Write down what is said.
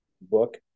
book